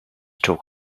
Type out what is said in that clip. talk